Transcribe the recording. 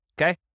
Okay